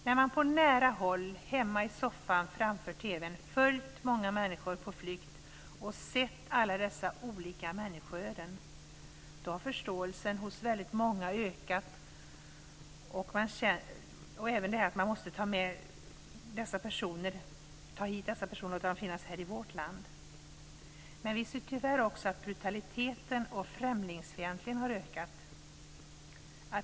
När man på nära håll hemma i soffan framför TV:n har följt många människor på flykt och sett alla dessa olika människoöden har förståelsen hos väldigt många ökat för att vi måste vara med och ta hit dessa personer och låta dem finnas här i vårt land. Men vi ser tyvärr också att brutaliteten och främlingsfientligheten har ökat.